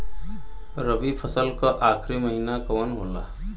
रवि फसल क आखरी महीना कवन होला?